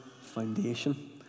foundation